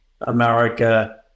America